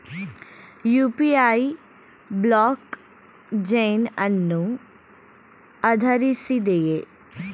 UPI blockchain ಅನ್ನು ಆಧರಿಸಿದೆಯೇ?